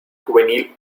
juvenil